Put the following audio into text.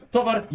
Towar